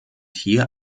hier